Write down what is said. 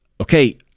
okay